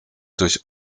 durch